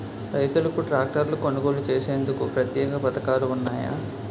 రైతులకు ట్రాక్టర్లు కొనుగోలు చేసేందుకు ప్రత్యేక పథకాలు ఉన్నాయా?